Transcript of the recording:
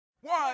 One